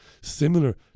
similar